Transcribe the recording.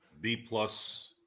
B-plus